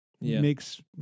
makes